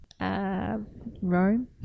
Rome